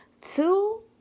two